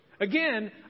Again